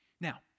Now